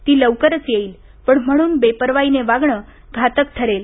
ती लवकर येईल पण म्हणून बेपर्वाईने वागण घातक ठरेल